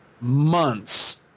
months